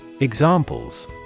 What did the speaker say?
Examples